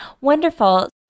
Wonderful